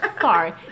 Sorry